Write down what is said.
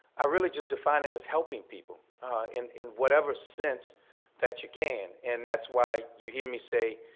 i really just define it as helping people in in whatever sense that you can. and that's why you hear me say,